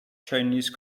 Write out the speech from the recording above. chinese